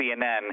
CNN